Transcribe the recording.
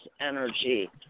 energy